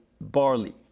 barley